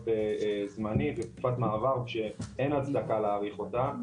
להיות זמנית ולתקופת מעבר ואין הצדקה להאריך אותה.